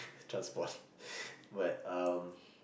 transport but um